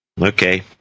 Okay